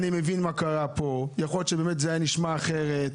אני מבין מה קרה, יכול להיות שזה נשמע אחרת.